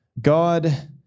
God